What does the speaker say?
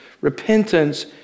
Repentance